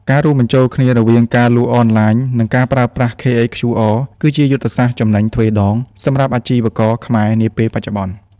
ការរួមបញ្ចូលគ្នារវាង ការលក់អនឡាញ និងការប្រើប្រាស់ KHQR គឺជាយុទ្ធសាស្ត្រ "ចំណេញទ្វេដង" សម្រាប់អាជីវករខ្មែរនាពេលបច្ចុប្បន្ន។